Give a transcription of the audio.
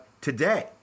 today